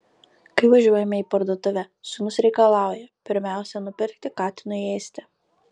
kai važiuojame į parduotuvę sūnus reikalauja pirmiausia nupirkti katinui ėsti